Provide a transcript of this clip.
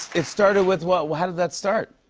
it started with what? how did that start?